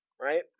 Right